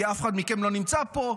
כי אף אחד מכם לא נמצא פה,